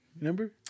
Remember